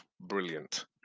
brilliant